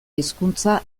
hizkuntza